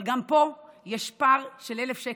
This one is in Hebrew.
אבל גם פה יש פער של 1,000 שקל.